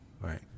right